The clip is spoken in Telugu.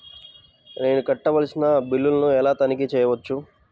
నేను కట్టవలసిన బిల్లులను ఎలా తనిఖీ చెయ్యవచ్చు?